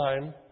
time